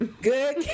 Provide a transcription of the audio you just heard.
Good